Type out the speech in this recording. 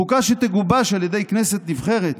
חוקה שתגובש על ידי כנסת נבחרת